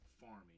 farming